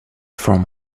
from